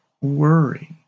worry